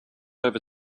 over